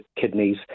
kidneys